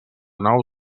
nou